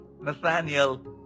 Nathaniel